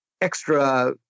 extra